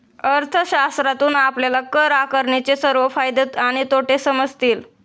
अर्थशास्त्रातून आपल्याला कर आकारणीचे सर्व फायदे आणि तोटे समजतील